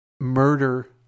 murder